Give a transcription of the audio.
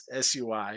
SUI